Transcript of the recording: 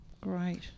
Great